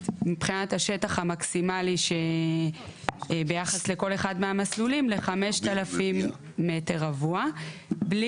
מבחינת השטח המקסימלי ביחס לכל אחד מהמסלולים ל-5,000 מ"ר בלי